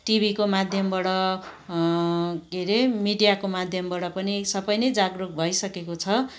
टिभीको माध्यमबाट के अरे मिडियाको माध्यमबाट पनि सबै नै जागरुक भइसकेको छ